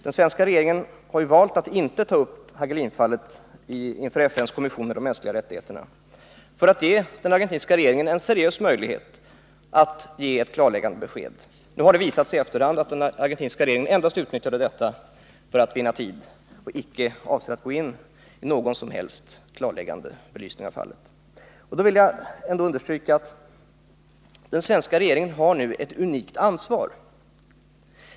Den svenska regeringen har valt att inte ta upp Hagelinfallet inför FN:s kommission för de mänskliga rättigheterna, för att ge den argentinska regeringen en seriös möjlighet att lämna ett klarläggande besked. Det har efter hand visat sig att den argentinska regeringen endast utnyttjade detta för att vinna tid och inte kom med någon som helst klarläggande belysning av fallet. Jag vill understryka att den svenska regeringen har ett unikt ansvar.